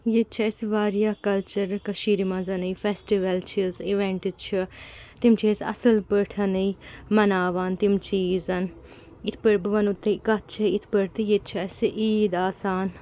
ییٚتہِ چھِ اَسہِ واریاہ کَلچَر کٔشیٖرِ منٛز فیسٹِوَل چھِس اِوٮ۪نٛٹہٕ چھِ تِم چھِ أسۍ اَصٕل پٲٹھٮ۪ن مَناوان تِم چیٖز یِتھٕ پٲٹھۍ بہٕ وَنہو تۅہہِ کَتھ چھِ یِتھٕ پٲٹھۍ تہٕ ییٚتہِ چھِ اَسہِ عیٖد آسان